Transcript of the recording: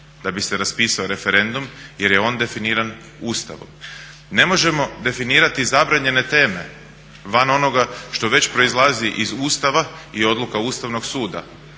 da bi se raspisao referendum jer je on definiran Ustavom. Ne možemo definirati zabranjene teme van onoga što već proizlazi iz Ustava i odluka Ustavnog suda.